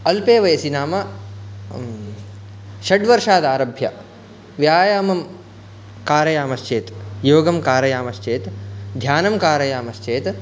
अल्पे वयसि नाम षट् वर्षादारभ्य व्यायामं कारयामश्चेत् योगं कारयामश्चेत् ध्यानं कारयामश्चेत्